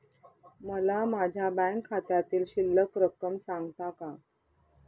मला माझ्या बँक खात्यातील शिल्लक रक्कम सांगता का?